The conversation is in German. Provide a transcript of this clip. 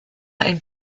ein